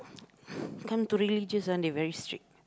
come to religious ah they very strict